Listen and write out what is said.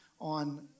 on